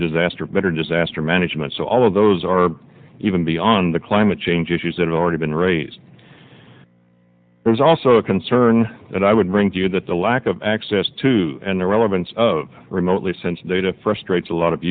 disaster better just as aster management so all of those are even beyond the climate change issues that are already been raised there's also a concern and i would bring to you that the lack of access to and the relevance of remotely sense data frustrates a lot of